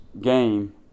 game